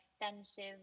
extensive